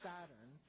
Saturn